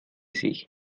sich